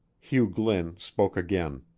hugh glynn spoke again.